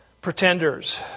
Pretenders